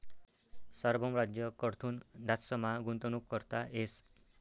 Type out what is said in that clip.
सार्वभौम राज्य कडथून धातसमा गुंतवणूक करता येस